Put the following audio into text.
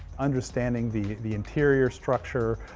understanding the the interior structure,